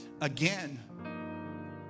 again